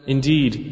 Indeed